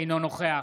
אינו נוכח